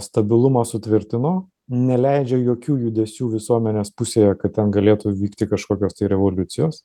stabilumą sutvirtino neleidžia jokių judesių visuomenės pusėje kad ten galėtų vykti kažkokios revoliucijos